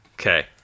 Okay